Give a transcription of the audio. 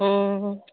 हूँ